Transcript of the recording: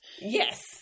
Yes